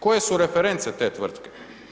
Koje su reference te tvrtke?